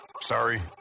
Sorry